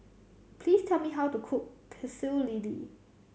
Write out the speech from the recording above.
please tell me how to cook Pecel Lele